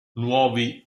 nuovi